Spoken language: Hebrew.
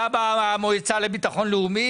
במועצה לביטחון לאומי?